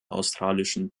australischen